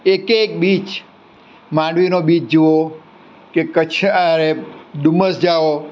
એકે એક બીચ માંડવીનો બીચ જુઓ કે કચ્છ અરે ડુમ્મસ જાઓ